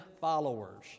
followers